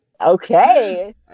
Okay